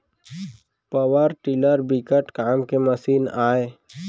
power tiller बिकट काम के मसीन आय